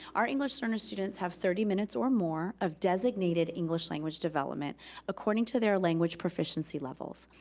our english learner students have thirty minutes or more of designated english language development according to their language proficiency levels.